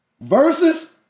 Versus